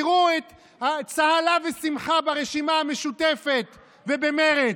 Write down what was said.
תראו איזו צהלה ושמחה ברשימה המשותפת ובמרצ.